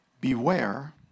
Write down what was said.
beware